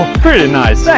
pretty nice!